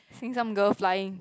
seen some girls flying